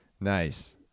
Nice